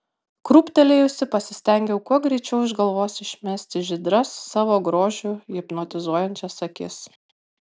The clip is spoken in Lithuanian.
krūptelėjusi pasistengiau kuo greičiau iš galvos išmesti žydras savo grožiu hipnotizuojančias akis